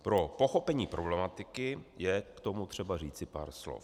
Pro pochopení problematiky je k tomu třeba říci pár slov.